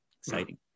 Exciting